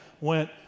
went